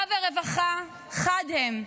ורווחה חד הן.